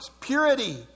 purity